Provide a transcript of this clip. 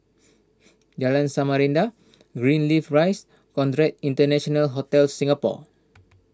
Jalan Samarinda Greenleaf Rise Conrad International Hotel Singapore